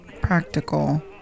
practical